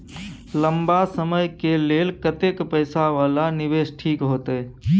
लंबा समय के लेल कतेक पैसा वाला निवेश ठीक होते?